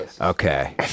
Okay